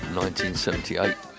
1978